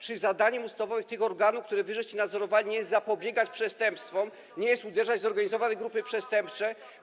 Czy zadaniem ustawowym tych organów, które wy nadzorowaliście, nie jest zapobieganie przestępstwom, nie jest uderzanie w zorganizowane grupy przestępcze?